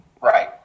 Right